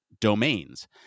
domains